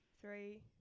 Three